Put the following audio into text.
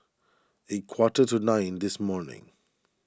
a quarter to nine this morning